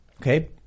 Okay